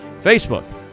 Facebook